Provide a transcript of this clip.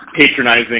patronizing